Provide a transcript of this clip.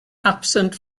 absent